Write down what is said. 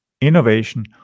innovation